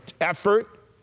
effort